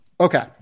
Okay